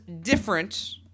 different